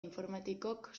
informatikok